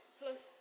plus